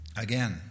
again